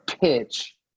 pitch